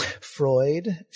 Freud